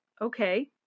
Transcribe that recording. okay